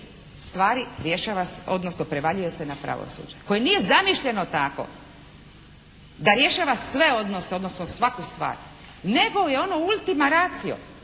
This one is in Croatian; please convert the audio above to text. stvari rješava se, odnosno prevaljuje se na pravosuđe koje nije zamišljeno tako da rješava sve odnose, odnosno svaku stvar, nego je ono ultima racio.